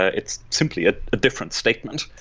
it's simply a different statement.